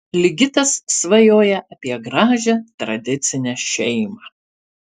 ligitas svajoja apie gražią tradicinę šeimą